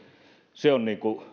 se on